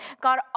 God